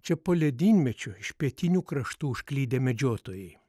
čia po ledynmečio iš pietinių kraštų užklydę medžiotojai